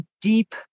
deep